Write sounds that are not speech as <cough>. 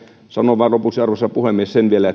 sanon vain lopuksi arvoisa puhemies sen vielä <unintelligible>